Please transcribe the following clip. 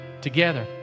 together